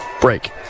Break